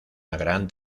gran